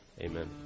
Amen